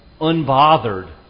unbothered